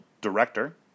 director